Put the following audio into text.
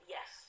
Yes